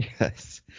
Yes